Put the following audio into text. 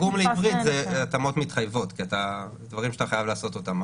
תרגום לעברית זה התאמות מתחייבות כי זה דבר שאתה חייב לעשות אותם.